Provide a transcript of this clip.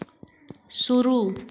शुरू